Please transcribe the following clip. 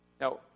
Now